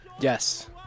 Yes